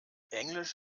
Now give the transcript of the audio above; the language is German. englisch